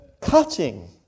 cutting